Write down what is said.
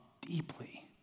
deeply